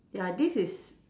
ya this is